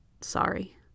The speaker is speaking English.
Sorry